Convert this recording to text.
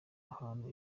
ahantu